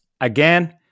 Again